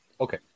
Okay